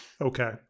Okay